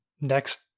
next